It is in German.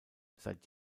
seit